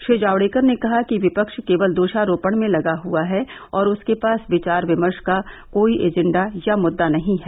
श्री जावड़ेकर ने कहा कि विपक्ष केवल दोषारोपण में लगा हुआ है और उसके पास विचार विमर्श का कोई एजेंडा या मुद्दा नहीं है